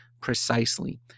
precisely